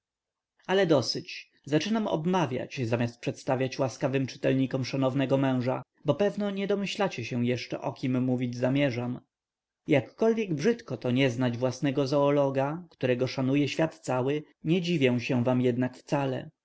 ale dosyć zaczynam obmawiać zamiast przedstawić łaskawym czytelnikom szanownego męża bo pewno niedomyślacie się jeszcze o kim mówić zamierzam jakkolwiek brzydko to nie znać własnego zoologa którego szanuje świat cały nie dziwię się wam jednak wcale